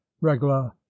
regla